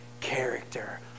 character